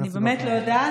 אני באמת לא יודעת.